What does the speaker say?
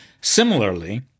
Similarly